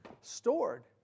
stored